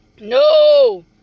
No